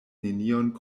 nenion